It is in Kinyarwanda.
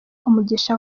umugisha